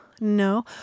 No